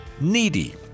needy